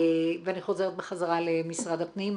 אני חוזרת בחזרה למשרד הפנים.